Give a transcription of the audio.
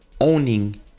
owning